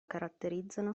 caratterizzano